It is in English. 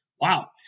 Wow